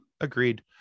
agreed